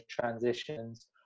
transitions